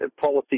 policy